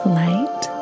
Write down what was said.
light